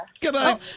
Goodbye